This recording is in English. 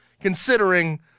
considering